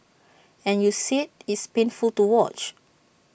and you said it's painful to watch